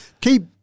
Keep